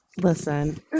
listen